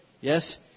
Yes